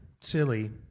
silly